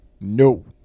no